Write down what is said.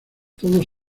todos